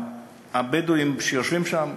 הבדואים שיושבים שם,